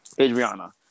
Adriana